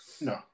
no